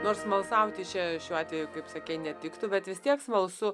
nors smalsauti čia šiuo atveju kaip sakei netiktų bet vis tiek smalsu